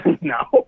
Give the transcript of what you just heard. No